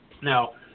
Now